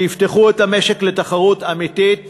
שיפתחו את המשק לתחרות אמיתית